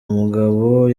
umugabo